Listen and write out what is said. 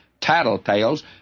tattletales